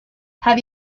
have